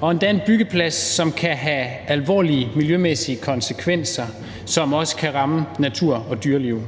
og endda en byggeplads, som kan have alvorlige miljømæssige konsekvenser, som også kan ramme natur og dyreliv.